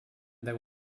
there